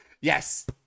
Yes